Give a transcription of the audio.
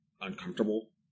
uncomfortable